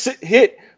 hit